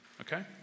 Okay